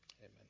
Amen